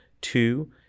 two